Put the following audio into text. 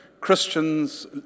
Christians